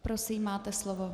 Prosím, máte slovo.